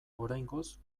oraingoz